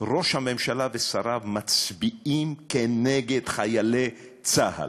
ראש הממשלה ושריו מצביעים כנגד חיילי צה"ל.